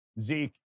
Zeke